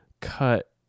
cut